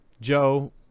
Joe